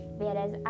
whereas